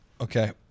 Okay